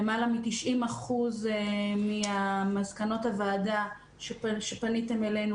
למעלה מ-90% ממסקנות הוועדה שפניתם אלינו,